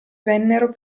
vennero